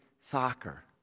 soccer